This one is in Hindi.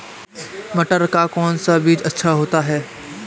मटर का कौन सा बीज अच्छा होता हैं?